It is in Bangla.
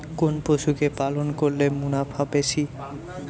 কোন পশু কে পালন করলে মুনাফা বেশি?